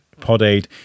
PodAid